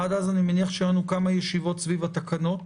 עד אז אני מניח שיהיו לנו כמה ישיבות סביב התקנות,